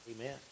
Amen